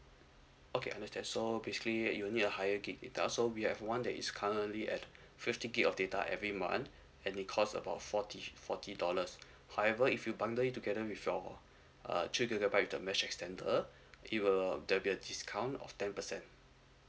okay understand so basically you will need a higher gig data so we have one that is currently at fifty gigabyte of data every month and it cost about forty forty dollars however if you bundle it together with your uh two gigabyte with the mesh extender it will there'll be a discount of ten percent